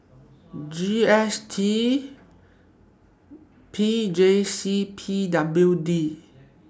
G S T P J C and P W D